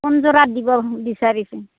কোন যোৰাত দিব বিচাৰিছে